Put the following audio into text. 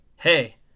Hey